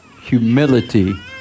humility